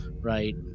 Right